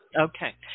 Okay